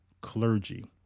clergy